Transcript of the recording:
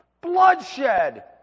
bloodshed